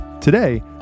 Today